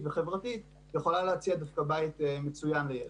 וחברתית יכולה להציע דווקא בית מצוין לילד.